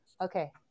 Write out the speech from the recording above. okay